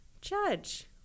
judge